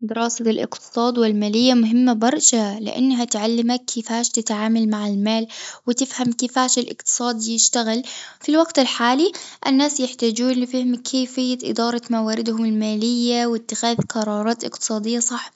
دراسة الاقتصاد والمالية مهمة برشا، لإنها تعلمك كيفاش تتعامل مع المال وتفهم كيفاش الاقتصاد يشتغل، في الوقت الحالي الناس يحتاجون لفهم كيفية إدارة مواردهم المالية واتخاذ قرارات اقتصادية صح،